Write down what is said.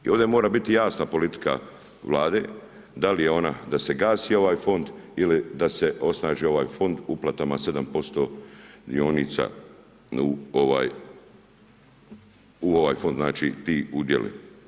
I ovdje mora biti jasna politika Vlade, da li je ona da se gasi ovaj fond ili da se osnaži ovaj fond uplatama od 7% dionica u ovaj fond, znači ti udjeli.